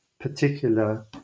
particular